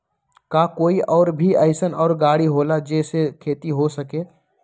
का कोई और भी अइसन और गाड़ी होला जे से खेती हो सके?